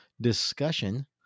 discussion